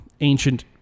Ancient